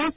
S